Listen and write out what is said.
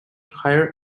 higher